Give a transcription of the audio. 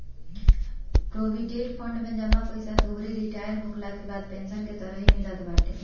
provident fund में जमा पईसा तोहरी रिटायर होखला के बाद पेंशन के तरही मिलत बाटे